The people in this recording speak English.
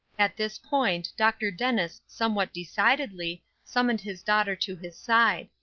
at this point dr. dennis somewhat decidedly summoned his daughter to his side,